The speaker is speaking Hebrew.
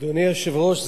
אדוני היושב-ראש,